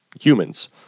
humans